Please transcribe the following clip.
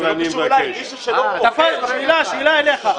זה לא קשור אלי --- שאלה אליך.